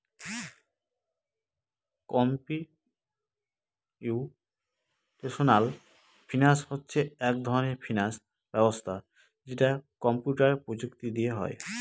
computational finance হচ্ছে এক ধরনের ফিনান্স ব্যবস্থা যেটা কম্পিউটার প্রযুক্তি দিয়ে হয়